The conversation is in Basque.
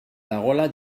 dagoela